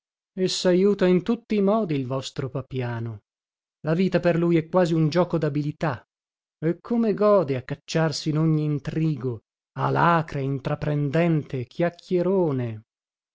e sajuta in tutti i modi il vostro papiano la vita per lui è quasi un gioco dabilità e come gode a cacciarsi in ogni intrigo alacre intraprendente chiacchierone